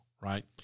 right